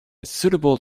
suitable